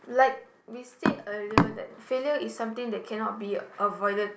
like we said earlier that filial is something that cannot be avoided